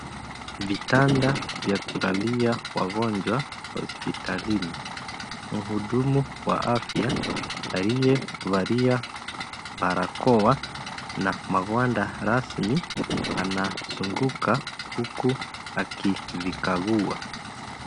Vitanda vya kulalia wagonjwa hospitalini. Wahudumu wa afya waliyevalia barakoa na magwanda rasmi wanazunguka huku akivikagua.